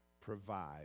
provide